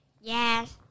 Yes